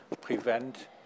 prevent